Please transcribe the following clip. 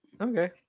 Okay